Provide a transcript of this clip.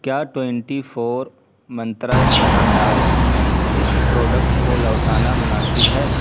کیا twenty four Mantra چنا دال اس پروڈکٹ کو لوٹانا مناسب ہے